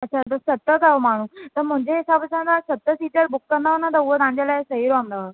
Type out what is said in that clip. अच्छा त सत अथव माण्हूं त मुंहिंजे हिसाब सां न सत सीटर बुक कंदव न उहो तव्हां जे लाइ सही रहंदव